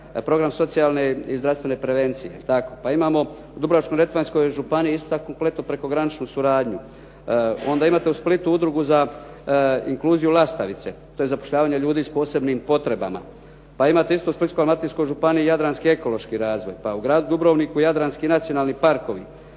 program socijalne i zdravstvene prevencije, pa imamo u Dubrovačko-neretvanskoj županiji isto tako …/Govornik se ne razumije./… prekograničnu suradnju. Onda imate u Splitu udrugu za inkluziju lastavice, to je zapošljavanje ljudi s posebnim potrebama, pa imate isto u Splitsko-dalmatinskoj županiji jadranski ekološki razvoj, pa u gradu Dubrovniku jadranski nacionalni parkovi,